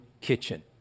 kitchen